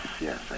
Yes